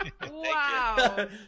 Wow